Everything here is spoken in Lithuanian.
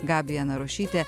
gabija narušytė